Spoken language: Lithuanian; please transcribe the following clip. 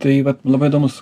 tai vat labai įdomus